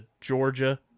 Georgia